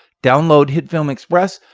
download hitfilm express.